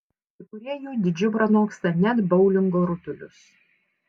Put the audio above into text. kai kurie jų dydžiu pranoksta net boulingo rutulius